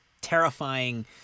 terrifying